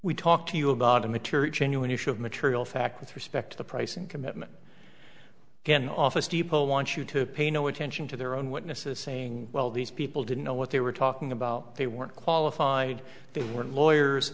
we talked to you about a material genuine issue of material fact with respect to the price and commitment can office people want you to pay no attention to their own witnesses saying well these people didn't know what they were talking about they weren't qualified they were lawyers